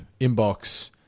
inbox